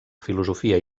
filosofia